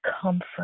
comfort